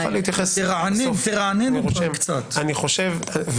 תרענן קצת.